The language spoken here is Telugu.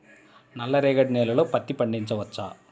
నల్ల రేగడి నేలలో పత్తి పండించవచ్చా?